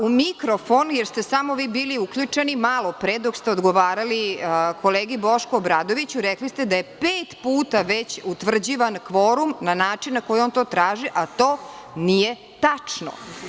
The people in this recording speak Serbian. U mikrofon, jer ste samo vi bili uključeni, malopre, dok ste odgovarali kolegi Bošku Obradoviću, rekli ste da je pet puta već utvrđivan kvorum na način na koji je on to tražio, a to nije tačno.